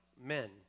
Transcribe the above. men